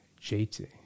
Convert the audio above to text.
JT